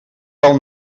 del